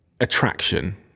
attraction